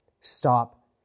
Stop